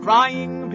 Crying